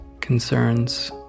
concerns